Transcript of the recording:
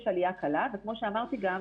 יש עלייה קלה וכמו שאמרתי גם,